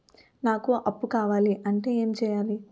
నాకు అప్పు కావాలి అంటే ఎం చేయాలి?